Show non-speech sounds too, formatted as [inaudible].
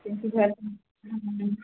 [unintelligible]